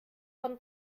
von